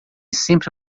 sempre